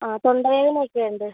ആ തൊണ്ടവേദന ഒക്കെ ഉണ്ട്